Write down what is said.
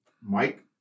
Mike